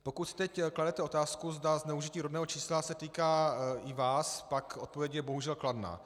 Pokud si teď kladete otázku, zda se zneužití rodného čísla týká i vás, pak odpověď je bohužel kladná.